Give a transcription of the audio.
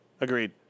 Agreed